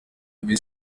ibi